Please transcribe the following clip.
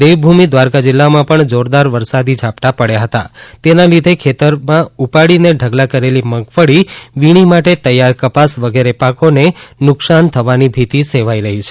દેવભૂમિ દ્વારકા જિલ્લામાં પણ જોરદાર વરસાદી ઝાપટાં પડ્યાં હતાં તેના લીધે ખેતરમાં ઉપાડીને ઢગલા કરેલી મગફળી વીણી માટે તૈયાર કપાસ વગેરે પાકોને નુકશાન થવાની ભીતિ સેવાઇ રહી છે